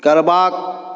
करबाक